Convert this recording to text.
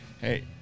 Hey